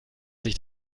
sich